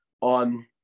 on